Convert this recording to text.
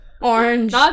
orange